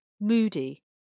Moody